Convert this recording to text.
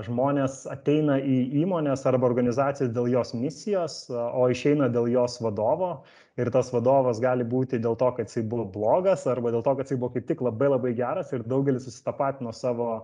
žmonės ateina į įmones arba organizacijas dėl jos misijos o išeina dėl jos vadovo ir tas vadovas gali būti dėl to kad jisai buvo blogas arba dėl to kad jisai buvo kap tik labai labai geras ir daugelis susitapatino savo